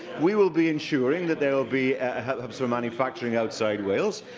we will be ensuring that there will be hubs for manufacturing outside wales.